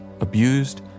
abused